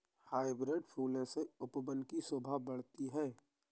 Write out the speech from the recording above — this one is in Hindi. हाइब्रिड फूलों से उपवन की शोभा बढ़ती है